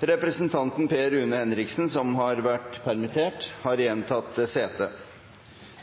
Representanten Per Rune Henriksen, som har vært permittert, har igjen tatt sete.